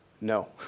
No